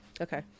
Okay